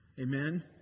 amen